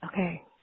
Okay